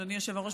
אדוני היושב-ראש,